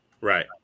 right